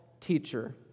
teacher